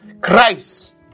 Christ